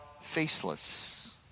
faceless